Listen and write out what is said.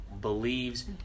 believes